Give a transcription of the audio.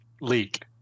leak